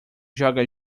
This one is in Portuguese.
joga